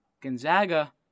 Gonzaga